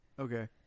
Okay